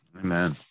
Amen